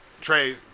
Trey